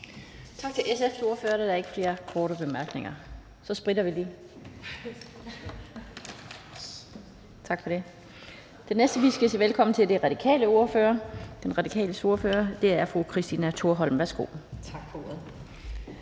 Tak til SF's ordfører. Der er ikke flere korte bemærkninger. Så spritter vi lige af – tak for det. Den næste, vi skal sige velkommen til, er De Radikales ordfører, og det er fru Christina Thorholm. Værsgo. Kl.